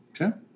Okay